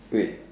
great